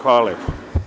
Hvala.